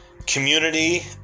community